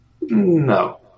No